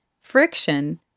Friction